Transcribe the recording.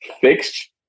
fixed